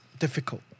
Difficult